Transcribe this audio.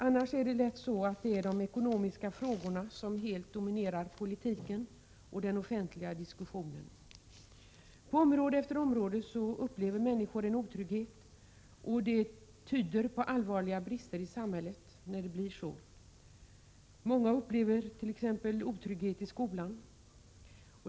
Annars är det lätt så att det är de ekonomiska frågorna som helt dominerar politiken och den offentliga diskussionen. På område efter område upplever människor otrygghet, och detta tyder på allvarliga brister i samhället. Många upplever t.ex. otrygghet i skolan.